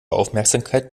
aufmerksamkeit